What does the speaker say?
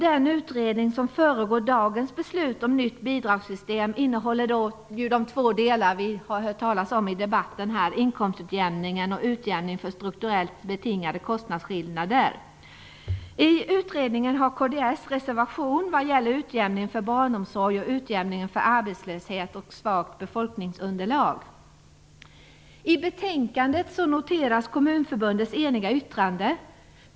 Den utredning som föregår dagens beslut om nytt bidragssystem innehåller de två delar vi har hört talas om i debatten - inkomstutjämning och utjämning av strukturellt betingade kostnadsskillnader. I utredningen har kds en reservation vad gäller utjämningen för barnomsorg och utjämningen för arbetslöshet och svagt befolkningsunderlag. I betänkandet noteras Kommunförbundets eniga yttrande.